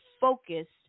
focused